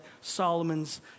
Solomon's